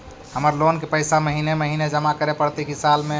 हमर लोन के पैसा महिने महिने जमा करे पड़तै कि साल में?